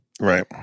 Right